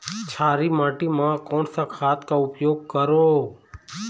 क्षारीय माटी मा कोन सा खाद का उपयोग करों?